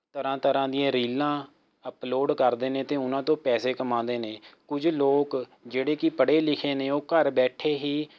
ਤਰ੍ਹਾਂ ਤਰ੍ਹਾਂ ਦੀਆਂ ਰੀਲਾਂ ਅੱਪਲੋਡ ਕਰਦੇ ਨੇ ਅਤੇ ਉਹਨਾਂ ਤੋਂ ਪੈਸੇ ਕਮਾਉਂਦੇ ਨੇ ਕੁਝ ਲੋਕ ਜਿਹੜੇ ਕਿ ਪੜ੍ਹੇ ਲਿਖੇ ਨੇ ਉਹ ਘਰ ਬੈਠੇ ਹੀ